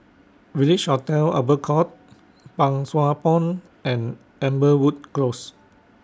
Village Hotel Albert Court Pang Sua Pond and Amberwood Close